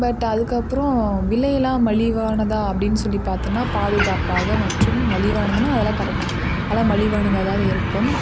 but அதுக்கப்புறம் விளையெல்லாம் மலிவானதாக அப்படின்னு சொல்லி பார்த்தனா பாதுகாப்பாக மற்றும் மலிவானதுன்னா அதெல்லாம் கரெக்டாக அதெல்லாம் மலிவானதாக இருக்கும்